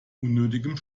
unnötigem